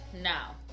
Now